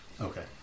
Okay